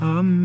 Amen